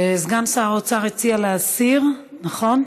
סגן שר האוצר הציע להסיר, נכון?